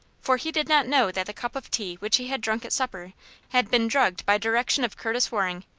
for he did not know that the cup of tea which he had drunk at supper had been drugged by direction of curtis waring,